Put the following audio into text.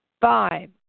Five